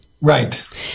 right